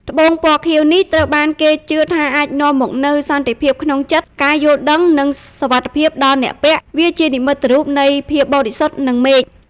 ត្បូងពណ៌ខៀវនេះត្រូវបានគេជឿថាអាចនាំមកនូវសន្តិភាពក្នុងចិត្ត ការយល់ដឹង និងសុវត្ថិភាពដល់អ្នកពាក់ វាជានិមិត្តរូបនៃភាពបរិសុទ្ធ និងមេឃ។